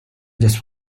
just